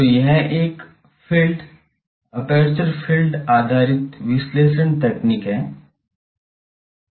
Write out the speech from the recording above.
तो यह एक फ़ील्ड एपर्चर फ़ील्ड आधारित विश्लेषण तकनीक है